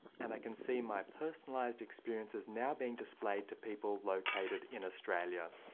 and i can see my personalized experience is now being displayed to people located in australia.